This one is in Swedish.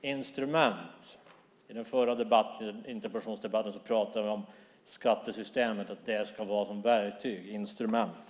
instrument; i den förra interpellationsdebatten talade vi om skattesystemet som ska vara ett verktyg, ett instrument.